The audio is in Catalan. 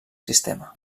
sistema